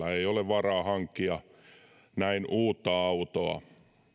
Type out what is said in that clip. perheillä ei ole varaa hankkia näin uutta autoa